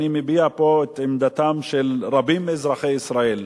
אני מביע פה את עמדתם של רבים מאזרחי ישראל,